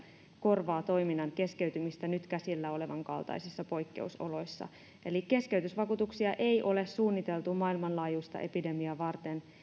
korvaa toiminnan keskeytymistä nyt käsillä olevan kaltaisissa poikkeusoloissa keskeytysvakuutuksia ei ole suunniteltu maailmanlaajuista epidemiaa varten